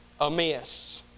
amiss